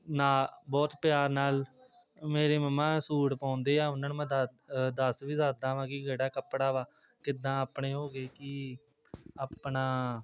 ਨਾ ਬਹੁਤ ਪਿਆਰ ਨਾਲ ਮੇਰੇ ਮੰਮਾ ਸੂਟ ਪਾਉਂਦੇ ਆ ਉਹਨਾਂ ਨੂੰ ਮੈਂ ਦ ਦੱਸ ਵੀ ਸਕਦਾ ਵਾਂ ਕਿ ਕਿਹੜਾ ਕੱਪੜਾ ਵਾ ਕਿੱਦਾਂ ਆਪਣੇ ਹੋ ਗਏ ਕੀ ਆਪਣਾ